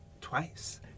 twice